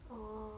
oh